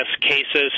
cases